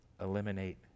eliminate